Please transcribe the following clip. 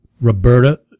Roberta